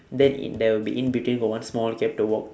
then in there will be in between got one small gap to walk